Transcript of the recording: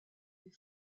des